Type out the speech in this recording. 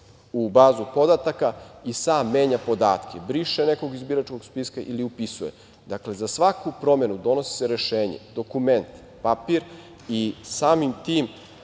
u bazu podataka i sam menja podatke, briše nekog iz biračkog spiska ili upisuje. Dakle, za svaku promenu donosi se rešenje, dokument, papir i samim tim,